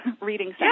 reading